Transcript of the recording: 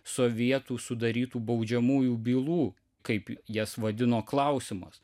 sovietų sudarytų baudžiamųjų bylų kaip jas vadino klausimas